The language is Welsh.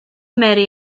mary